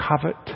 covet